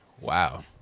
Wow